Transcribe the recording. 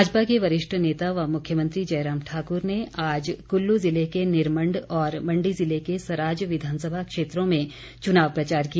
भाजपा के वरिष्ठ नेता व मुख्यमंत्री जयराम ठाकुर ने आज कुल्लू जिले के निरमण्ड और मण्डी ज़िले के सराज विधानसभा क्षेत्रों में चुनाव प्रचार किया